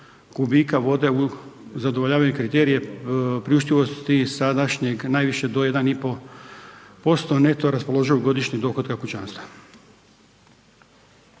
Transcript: kubika vode zadovoljavaju kriterije priuštivosti sadašnjeg najviše do 1,5% neto raspoloživog godišnjeg dohotka kućanstva.